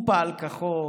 הוא פעל כחוק,